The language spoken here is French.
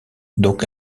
donc